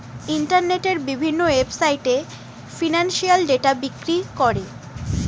ইন্টারনেটের বিভিন্ন ওয়েবসাইটে এ ফিনান্সিয়াল ডেটা বিক্রি করে